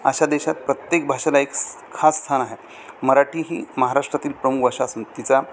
अशा देशात प्रत्येक भाषेला एक खास स्थान आहे मराठी ही महाराष्ट्रातील प्रमुख भाषा असून तिचा